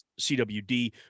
cwd